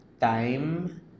time